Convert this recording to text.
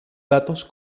datos